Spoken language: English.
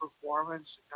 performance